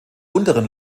unteren